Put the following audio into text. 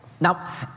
Now